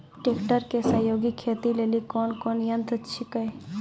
Tractor के सहयोगी खेती लेली कोन कोन यंत्र छेकै?